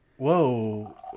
Whoa